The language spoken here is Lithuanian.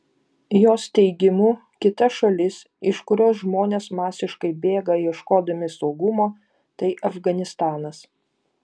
jos teigimu kita šalis iš kurios žmonės masiškai bėga ieškodami saugumo tai afganistanas